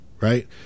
right